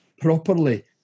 properly